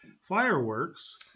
fireworks